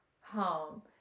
home